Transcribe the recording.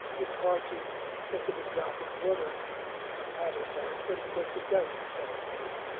it's hard to think of a drop of water as having that, but, of course, it does to some degree.